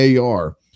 ar